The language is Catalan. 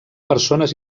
persones